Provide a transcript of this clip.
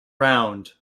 round